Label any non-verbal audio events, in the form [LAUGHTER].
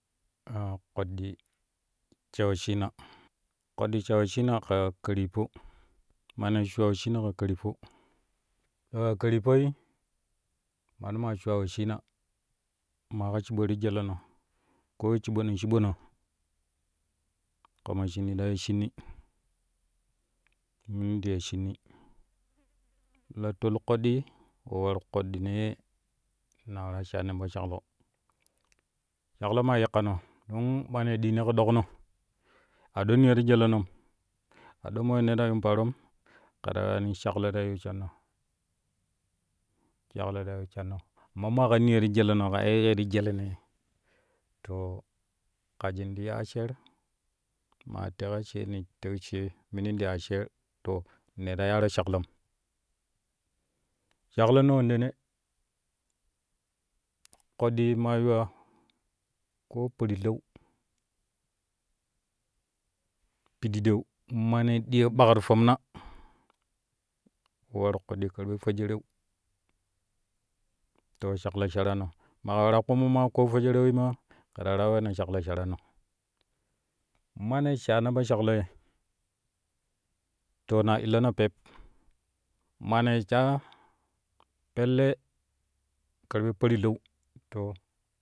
[HESITATION] koɗɗi sha wesshina koɗɗi sha wesshinai ka kiryippo mane shuwaa wesshina ka kiryippo ka kiryippo mano ma shuwa wesshnina maa ka shiɓo ti jeleno ko shiɓono shiɓono kama shinu ta ya shinnyi minin gee shinnyi la lol kodɗi we war keɗɗinee ne ta waraa shano po shaklo, shaklo naa yikkano dun manaa ɗii ne ku ɗokno ado niyo ti jelenom a do mono ta yuun paarom ke ta weyani shaƙƙo ta yiu shanno sheklo la yi shanno amma ma ka niyo jeleno kaa ye ke ti jeleno ye to kajin ti ya asher ma leƙa she nen teu she minin te ya asher to ne ta yaaro shaldom sheklono wendene koɗɗi ma yuwa koo parkau pididou mane ɗiyo ɓak ti fomma we war ƙoɗɗi karɓe fwejereu to shaklo sharano ma warak kpumu ma ko fwejereu maa ke ta waraa weeno shuƙlo sharano nane shano po shakloi to na illono pep mane sha pelle karɓe parlau to.